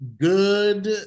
Good